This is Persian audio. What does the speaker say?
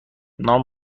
نام